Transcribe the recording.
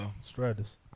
stratus